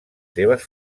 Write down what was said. seves